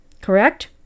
Correct